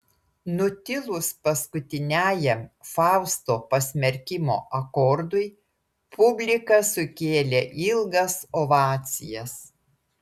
nutilus paskutiniajam fausto pasmerkimo akordui publika sukėlė ilgas ovacijas